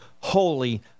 holy